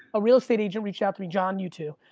a real estate agent reached out to me, john, you too,